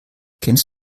kennst